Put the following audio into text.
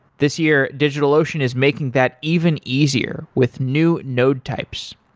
this year, digitalocean is making that even easier with new node types.